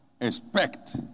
Expect